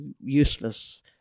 useless